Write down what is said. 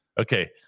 Okay